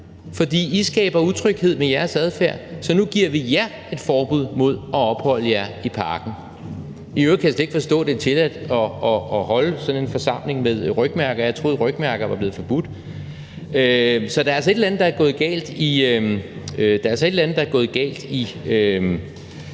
for I skaber utryghed med jeres adfærd, så nu giver vi jer et forbud mod at opholde jer i parken. I øvrigt kan jeg slet ikke forstå, det er tilladt at holde sådan en forsamling med rygmærker. Jeg troede, rygmærker var blevet forbudt, så der er altså et eller andet, der er gået galt i